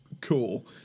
Cool